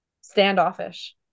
standoffish